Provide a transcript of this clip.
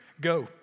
go